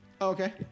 Okay